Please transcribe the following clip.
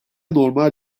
normal